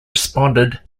responded